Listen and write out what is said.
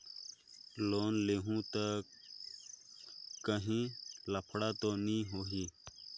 Loan लेहूं ता काहीं लफड़ा तो नी होहि?